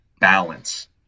balance